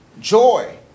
Joy